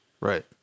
Right